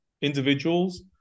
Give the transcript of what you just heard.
individuals